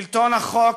שלטון החוק,